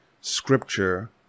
scripture